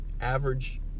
average